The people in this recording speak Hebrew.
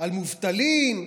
על מובטלים?